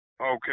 Okay